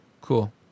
cool